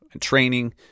training